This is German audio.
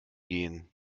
gehen